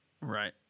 Right